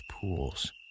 pools